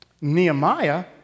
Nehemiah